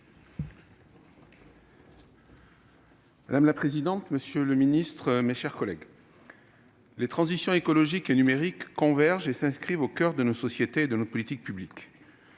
Madame la présidente, monsieur le secrétaire d'État, mes chers collègues, les transitions écologique et numérique convergent et s'inscrivent au coeur de nos sociétés et de nos politiques publiques.